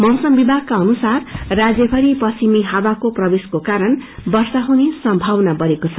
मौसम विभागका अनुसार राज्यभरि पश्चिमी हावको प्रवेशको कारण वर्षाहुने सम्भावना बढ़ेको छ